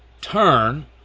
turn